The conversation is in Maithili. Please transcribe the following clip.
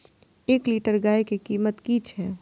एक लीटर गाय के कीमत कि छै?